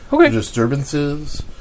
disturbances